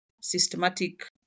systematic